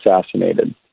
assassinated